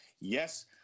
Yes